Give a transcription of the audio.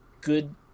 good